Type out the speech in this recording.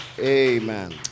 Amen